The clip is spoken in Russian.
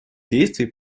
действий